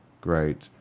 great